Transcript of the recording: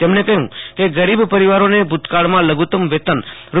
તેમણે કહ્યુ કે ગરીબ પરિવારોને ભુતકાળમાં લઘુ ત્તમ વેતન રૂ